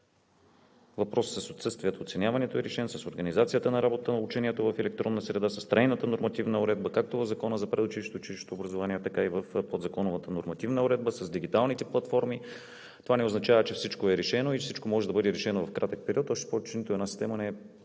Въпросът с отсъствието и оценяването е решен, с организацията на работа на обучението в електронна среда, с трайната нормативна уредба както в Закона за предучилищното и училищното образование, така и в подзаконовата нормативна уредба, с дигиталните платформи. Това не означава, че всичко е решено и всичко може да бъде решено в кратък период, още повече че нито една система не е